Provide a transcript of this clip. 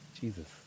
Jesus